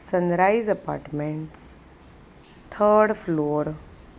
sunrise apartment third floor